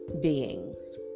beings